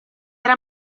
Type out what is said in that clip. era